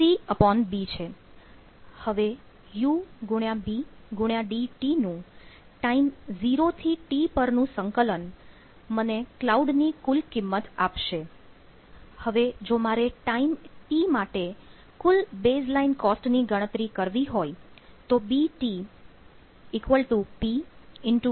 હવે ક્લાઉડ ની કુલ કિંમત આ સૂત્રથી ગણી શકાય CT 0TUxBxD હવે જો મારે ટાઈમ T માટે કુલ બેઝલાઇન કોસ્ટ ની ગણતરી કરવી હોય તો BT P